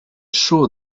show